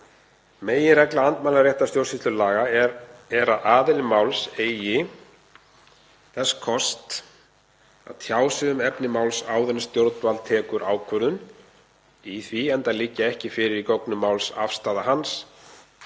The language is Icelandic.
meginregla andmælaréttar stjórnsýslulaga sú að aðili máls eigi þess kost að tjá sig um efni máls áður en stjórnvald tekur ákvörðun í því enda liggi ekki fyrir í gögnum máls afstaða hans